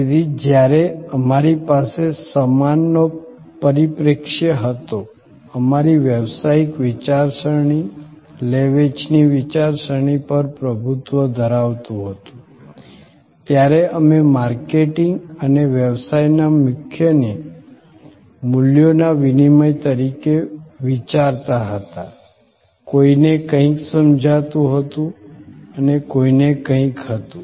તેથી જ્યારે અમારી પાસે સમાનનો પરિપ્રેક્ષ્ય હતો અમારી વ્યવસાયિક વિચારસરણી લે વેચની વિચારસરણી પર પ્રભુત્વ ધરાવતું હતું ત્યારે અમે માર્કેટિંગ અને વ્યવસાયના મુખ્યને મૂલ્યોના વિનિમય તરીકે વિચારતા હતા કોઈને કંઈક જોઈતું હતું અને કોઈને કંઈક હતું